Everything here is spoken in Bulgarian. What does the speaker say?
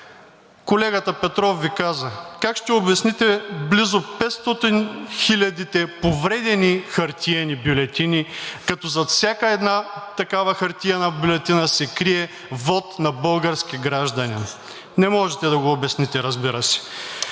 Колегата Петров Ви каза: как ще обясните близо петстотинте хиляди повредени хартиени бюлетини, като зад всяка една такава хартиена бюлетина се крие вот на български гражданин? Не може да го обясните, разбира се.